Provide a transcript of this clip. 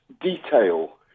detail